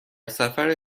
سفر